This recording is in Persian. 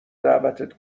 دعوتت